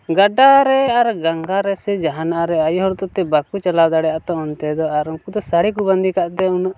ᱜᱟᱰᱟ ᱨᱮ ᱟᱨ ᱜᱚᱝᱜᱟ ᱨᱮᱥᱮ ᱡᱟᱦᱟᱱᱟᱜ ᱨᱮ ᱟᱭᱳ ᱦᱚᱲᱛᱮ ᱵᱟᱠᱚ ᱪᱟᱞᱟᱣ ᱫᱟᱲᱮᱭᱟᱜᱼᱟ ᱛᱚ ᱚᱱᱛᱮ ᱫᱚ ᱟᱨ ᱩᱱᱠᱩ ᱫᱚ ᱥᱟᱹᱲᱤ ᱠᱚ ᱵᱟᱸᱫᱮ ᱠᱟᱜᱛᱮ ᱩᱱᱟᱹᱜ